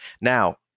Now